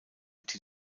die